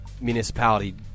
municipality